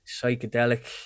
psychedelic